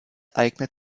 eignet